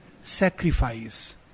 sacrifice